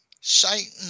Satan